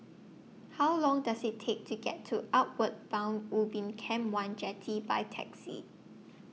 How Long Does IT Take to get to Outward Bound Ubin Camp one Jetty By Taxi